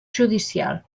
judicial